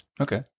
Okay